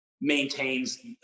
maintains